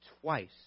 twice